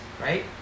right